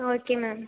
ah okay ma'am